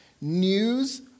News